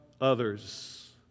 Others